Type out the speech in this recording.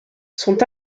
sont